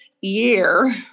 year